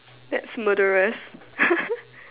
that's murderous